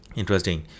interesting